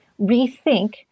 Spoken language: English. rethink